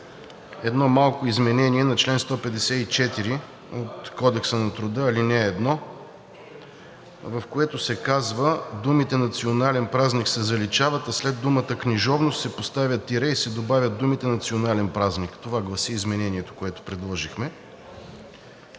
едно малко изменение на чл. 154 от Кодекса на труда, ал. 1, в което се казва: думите „национален празник“ се заличават, а след думата „книжовност“ се поставя тире и се добавят думите „национален празник“ – това гласи изменението, което предложихме.